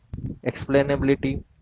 explainability